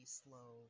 slow